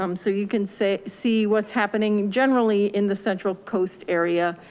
um so you can see see what's happening generally in the central coast area,